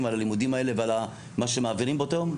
על הלימודים האלה ועל מה שמעבירים באותו יום?